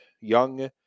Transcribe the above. Young